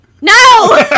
no